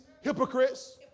hypocrites